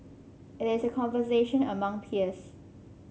it is a conversation among peers